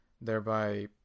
thereby